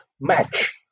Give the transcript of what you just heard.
match